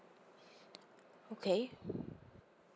okay